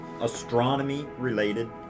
astronomy-related